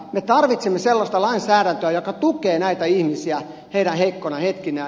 me tarvitsemme sellaista lainsäädäntöä joka tukee näitä ihmisiä heidän heikkoina hetkinään